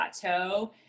plateau